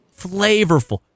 flavorful